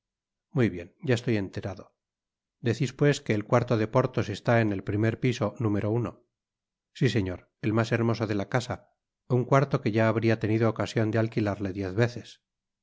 muy bien ya estoy enterado decís pues que el cuarto de porthos está en el primer piso número uno si señor el mas hermoso de casa un cuarto que ya habria tenido ocasion de alquilarle diez veces